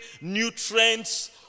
nutrients